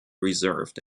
reserved